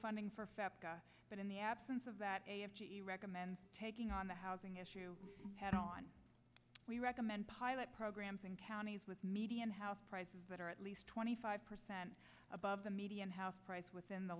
funding for but in the absence of that recommends taking on the housing issue head on we recommend pilot programs in counties with median house prices that are at least twenty five percent above the median house price within the